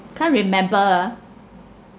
can't remember ah